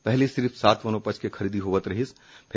पहले सिर्फ सात वनोपज की खरीदी हुआ करती थी